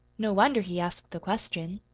no wonder he asked the question.